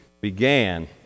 began